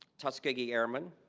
tuskegee airmen.